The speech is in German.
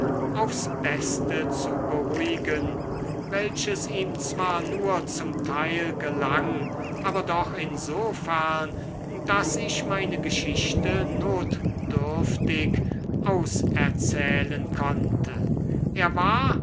aufs beste zu beruhigen welches ihm zwar nur zum teil gelang aber doch insofern daß ich meine geschichte notdürftig auserzählen konnte er war